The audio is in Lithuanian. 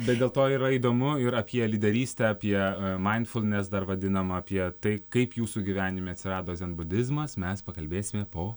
bet dėl to yra įdomu ir apie lyderystę apie maindfulnes dar vadinamą apie tai kaip jūsų gyvenime atsirado zenbudizmas mes pakalbėsime po